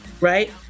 right